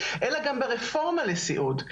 אלא גם ברפורמה לסיעוד.